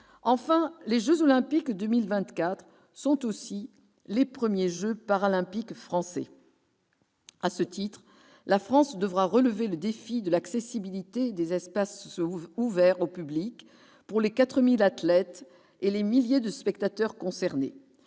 Enfin, les jeux Olympiques de 2024 seront aussi les premiers jeux paralympiques français. À ce titre, la France devra relever le défi de l'accessibilité des espaces ouverts au public pour les 4 000 athlètes et les milliers de spectateurs concernés.